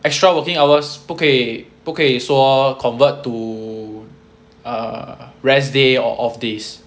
extra working hours 不可以不可以说 convert to err rest day or off days